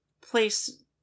place